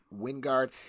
Wingard